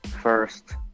First